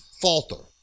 falter